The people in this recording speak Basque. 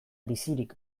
bizirik